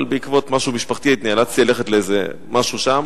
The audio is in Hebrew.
אבל בעקבות משהו משפחתי נאלצתי ללכת לאיזה משהו שם.